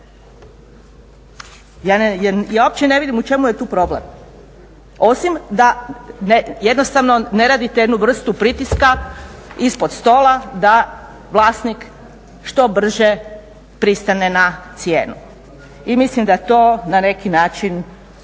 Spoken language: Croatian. Ja uopće ne vidim u čemu je tu problem osim da jednostavno ne radite jednu vrstu pritiska ispod stola da vlasnik što brže pristane na cijenu. I mislim da to na neki način